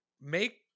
make